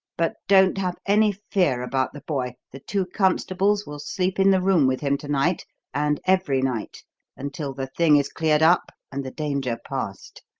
but don't have any fear about the boy. the two constables will sleep in the room with him to-night and every night until the thing is cleared up and the danger past.